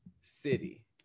City